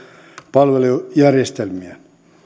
palvelujärjestelmiä